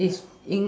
is